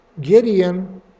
Gideon